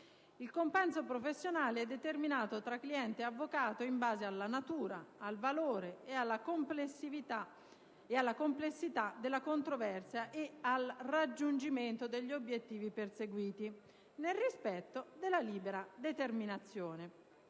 «Il compenso professionale è determinato tra cliente e avvocato in base alla natura, al valore e alla complessità della controversia e al raggiungimento degli obiettivi perseguiti, nel rispetto del principio di libera determinazione